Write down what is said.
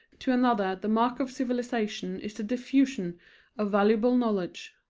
to another the mark of civilization is the diffusion of valuable knowledge,